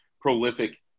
prolific